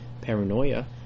paranoia